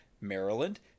Maryland